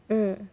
mm